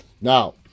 Now